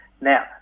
Now